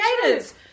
creators